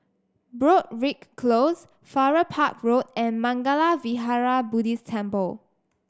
Broadrick Close Farrer Park Road and Mangala Vihara Buddhist Temple